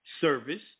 service